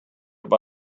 and